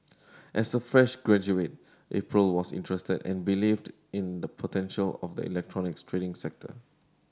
as a fresh graduate April was interested and believed in the potential of the electronics trading sector